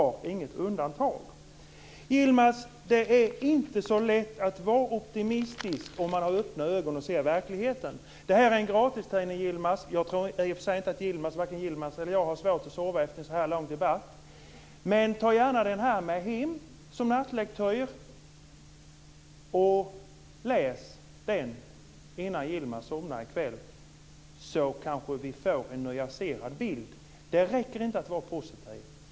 Yilmaz Kerimo! Det är inte så lätt att vara optimistisk om man har öppna ögon och ser verkligheten. Det här är en gratistidning, Yilmaz. Jag tror i och för sig inte att vare sig Yilmaz eller jag har svårt att sova efter en så här lång debatt, men Yilmaz får gärna ta tidningen med sig som nattlektyr innan han somnar i kväll. Då kan han kanske ge en mera nyanserad bild. Det räcker inte att var positiv.